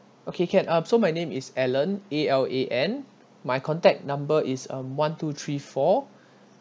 okay can uh so my name is alan A_L_A_N my contact number is um one two three four